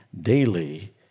daily